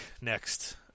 next